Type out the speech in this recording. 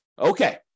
Okay